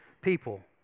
people